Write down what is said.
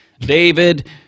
David